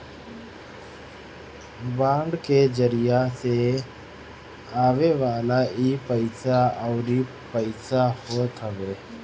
bond के जरिया से आवेवाला इ पईसा उधार पईसा होत हवे